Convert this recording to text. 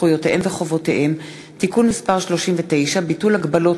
זכויותיהם וחובותיהם (תיקון מס' 39) (ביטול הגבלות